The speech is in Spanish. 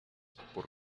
por